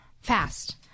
fast